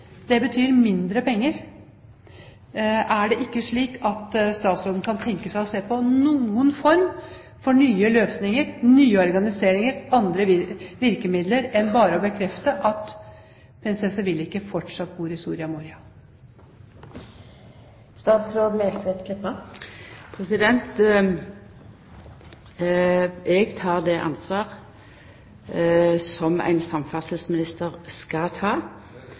Det betyr mindre penger. Er det slik at statsråden ikke kan tenke seg å se på noen form for nye løsninger, nye organiseringer og andre virkemidler, men bare bekrefte at «prinsesse vil ikke» fortsatt bor i Soria Moria? Eg tek det ansvaret som ein samferdselsminister skal ta.